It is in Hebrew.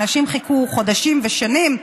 אנשים חיכו חודשים ושנים,